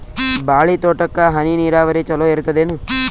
ಬಾಳಿ ತೋಟಕ್ಕ ಹನಿ ನೀರಾವರಿ ಚಲೋ ಇರತದೇನು?